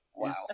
Wow